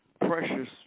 precious